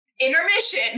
Intermission